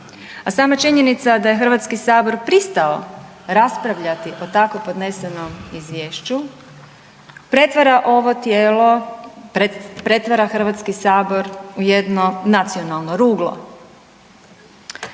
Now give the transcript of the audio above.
A sama činjenica da je HS pristao raspravljati o tako podnesenom izvješću pretvara ovo tijelo, pretvara HS u jedno nacionalno ruglo.